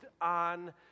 on